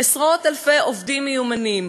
עשרות אלפי עובדים מיומנים,